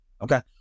Okay